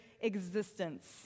existence